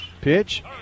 Pitch